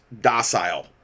docile